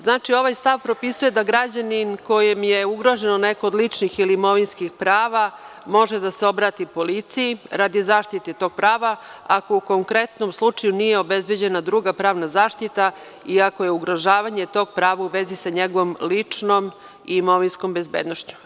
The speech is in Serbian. Znači, ovaj stav propisuje da građanin kojem je ugroženo neko od ličnih ili imovinskih prava, može da se obrati policiji radi zaštite tog prava ako u konkretnom slučaju nije obezbeđena druga pravna zaštita i ako je ugrožavanje tog prava u vezi sa njegovom ličnom i imovinskom bezbednošću.